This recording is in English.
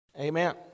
Amen